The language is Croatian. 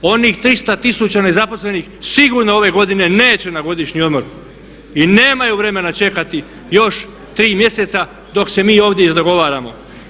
Onih 300 tisuća nezaposlenih sigurno ove godine neće na godišnji odmor i nemaju vremena čekati još tri mjeseca dok se mi ovdje izgovaramo.